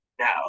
Now